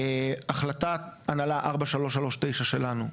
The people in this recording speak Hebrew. החלטת הנהלה 4339 שלנו,